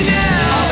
now